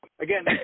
again